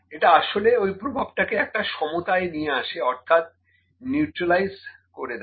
এটা আসলে ওই প্রভাবটাকে একটা সমতায় নিয়ে আসে অর্থাৎ নিউট্রালাইজ করে দেয়